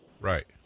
Right